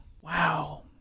Wow